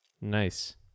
Nice